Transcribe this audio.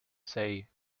say